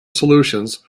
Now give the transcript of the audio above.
solutions